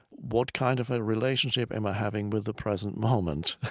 what kind of a relationship am i having with the present moment?